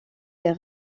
des